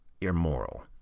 immoral